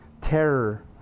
terror